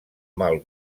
mal